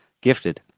gifted